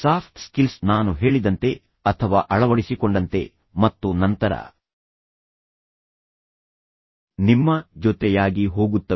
soft skills ನಾನು ಹೇಳಿದಂತೆ ಅಥವಾ ಅಳವಡಿಸಿಕೊಂಡಂತೆ ಮತ್ತು ನಂತರ ನೀವು ನಿಮ್ಮ ವ್ಯಕ್ತಿತ್ವವನ್ನು ಅಭಿವೃದ್ಧಿಪಡಿಸಲು ಪ್ರಾರಂಭಿಸಿದಾಗಿನಿಂದ ಜೊತೆಜೊತೆಯಾಗಿ ಹೋಗುತ್ತವೆ